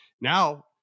Now